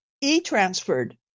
e-transferred